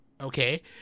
Okay